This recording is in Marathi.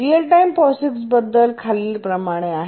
रीअल टाइम POSIX बद्दल खालीलप्रमाणे आहे